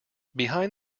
behind